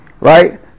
Right